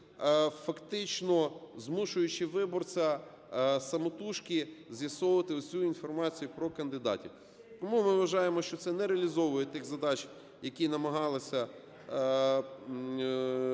фактично змушуючи виборця самотужки з'ясовувати всю інформацію про кандидатів. Тому ми вважаємо, що це не реалізовує тих задач, які намагалися